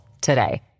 today